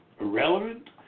Irrelevant